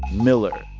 miller,